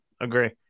agree